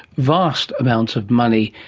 vast amounts of money,